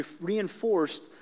reinforced